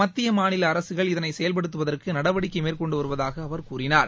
மத்திய மாநில அரசுகள் இதனை செயல்படுத்துவதற்கு நடவடிக்கைகளை மேற்கொண்டு வருவதாக அவர் கூறினார்